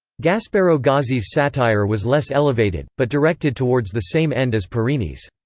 gasparo gozzi's satire was less elevated, but directed towards the same end as parini's.